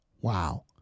Wow